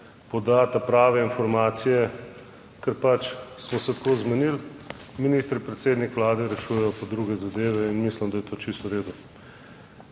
poda ta prave informacije, ker pač smo se tako zmenili. Ministri, predsednik Vlade, rešujejo pa druge zadeve in mislim, da je to čisto v redu.